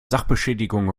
sachbeschädigung